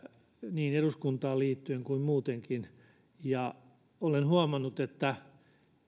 niin eduskuntaan liittyen kuin muutenkin ja olen huomannut että